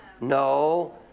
no